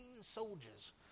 soldiers